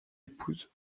épouse